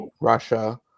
Russia